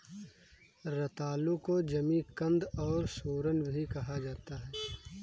रतालू को जमीकंद और सूरन भी कहा जाता है